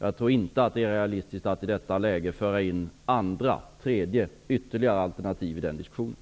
Jag tror inte att det är realistiskt att i detta läge föra in ett andra, tredje eller ytterligare alternativ i den diskussionen.